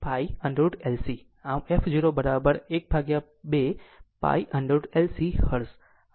આમ f 0 12 pI√ LC hertz આ resonance આવૃત્તિ છે